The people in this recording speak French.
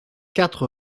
quatre